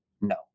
No